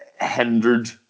hindered